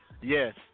Yes